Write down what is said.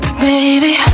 baby